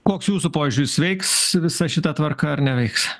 koks jūsų požiūris veiks visa šita tvarka ar neveiks